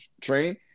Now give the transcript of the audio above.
train